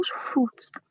fruits